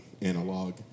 Analog